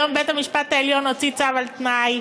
היום, בית-המשפט העליון הוציא צו על תנאי.